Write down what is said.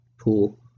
pool